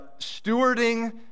Stewarding